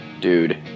dude